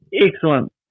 Excellent